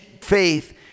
faith